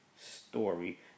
story